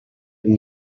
and